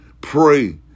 pray